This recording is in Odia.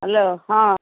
ହେଲୋ ହଁ